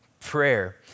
prayer